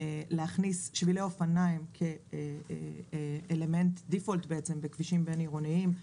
להכניס שבילי אופניים כדיפולט בעצם בכבישים בין עירוניים.